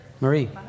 Marie